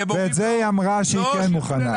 את זה היא אמרה שהיא כן מוכנה.